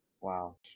Wow